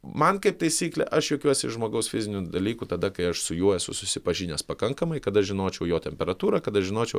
man kaip taisyklė aš juokiuosi iš žmogaus fizinių dalykų tada kai aš su juo esu susipažinęs pakankamai kad aš žinočiau jo temperatūrą kad aš žinočiau